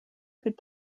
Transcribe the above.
could